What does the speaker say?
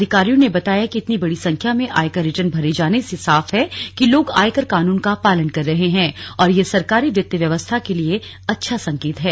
अधिकारियों ने बताया कि इतनी बड़ी संख्या में आयकर रिटर्न भरे जाने से साफ है कि लोग आयकर कानून का पालन कर रहे हैं और यह सरकारी वित्त व्यवस्था के लिए अच्छा संकेत हैं